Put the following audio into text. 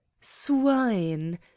Swine